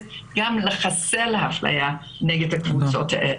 לחסל אפליה נגד הקבוצות הללו.